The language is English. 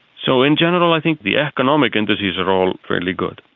so in general i think the economic indices are all fairly good.